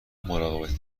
مراقبتی